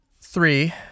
Three